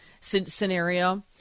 scenario